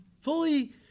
fully